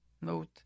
note